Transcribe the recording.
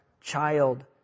child